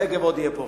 הנגב עוד יהיה פורח.